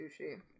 sushi